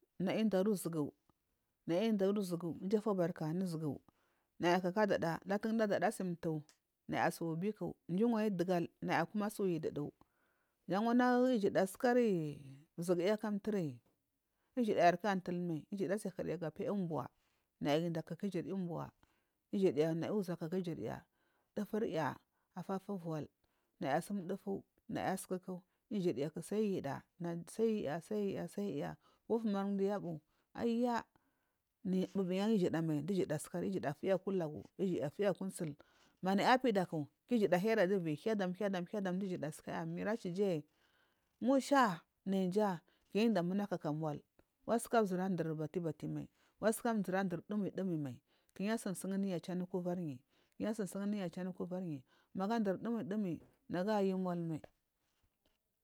Naya dari ugugu naya dan uju ija fobarka anu zugu naya kaka adada latu du adadasamtu nayasubiku dunanyi dugul nayama su yidudu jan wanu juda sukari um zuguyaku amthiri ijudayarka aiyi tulmai ijudaga sa piya umbo naya ga dakaka iguda umbo ijurya naya uza kaka ijurya dufurya afata uval naya sumdufu naya sukuku ifunya sal yidi sal yiya sai yiya saiyiya kutumargu dunya bu aya bubuyumal dujuta ijuyafuya ulagu fiya aku sil manaya bidaku kujirya ahida duviyi hidant hidam du igurya sukaya. Mira chiji musha yuja kuyi inda munagu kaka mol waska jur adur bati batimal waska zur dur dumi dumi mal kunyi sunsugudiy chu anu kuvaryi kuva sunsuduyi chanu kuvaryi magudur dumi dumi nagu yu motmal.